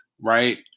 right